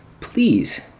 please